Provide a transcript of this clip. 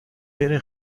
بره